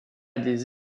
des